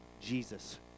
Jesus